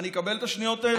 אני אקבל את השניות האלה?